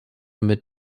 mit